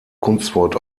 kunstwort